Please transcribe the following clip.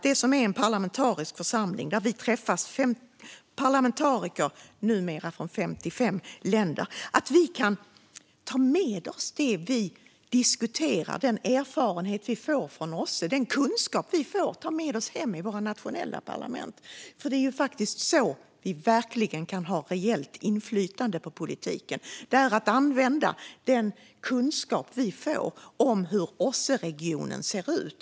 Det är en parlamentarisk församling där numera parlamentariker från 55 länder träffas. Vi kan ta med oss det vi diskuterar, den erfarenhet och den kunskap vi får från OSSE hem till våra nationella parlament. Det är så vi verkligen kan ha reellt inflytande på politiken. Det handlar om att använda den kunskap vi får om hur OSSE-regionen ser ut.